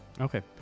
Okay